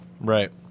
Right